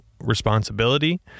responsibility